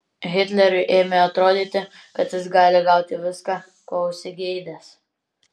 hitleriui ėmė atrodyti kad jis gali gauti viską ko užsigeidęs